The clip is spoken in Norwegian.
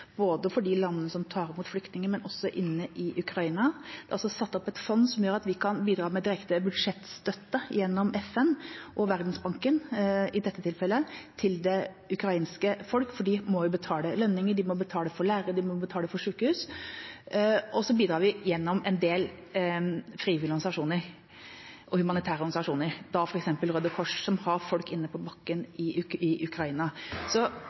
både for de landene som tar imot flyktninger, men også i Ukraina. Det er også satt opp et fond som gjør at vi kan bidra med direkte budsjettstøtte gjennom FN og Verdensbanken, i dette tilfellet, til det ukrainske folket. De må jo betale ut lønninger, f.eks. til lærere, og de må betale for sykehus. Vi bidrar også gjennom en del frivillige og humanitære organisasjoner, f.eks. Røde Kors, som har folk på bakken i Ukraina.